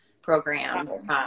program